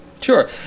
Sure